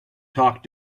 talk